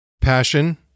Passion